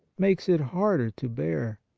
makes it harder to bear.